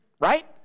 Right